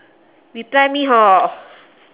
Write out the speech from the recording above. reply me hor